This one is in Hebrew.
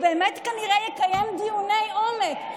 הוא באמת כנראה יקיים דיוני עומק,